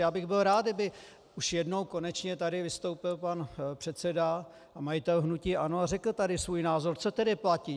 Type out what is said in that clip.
Já bych byl rád, kdyby už jednou konečně tady vystoupil pan předseda a majitel hnutí ANO a řekl tady svůj názor, co tedy platí.